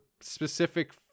specific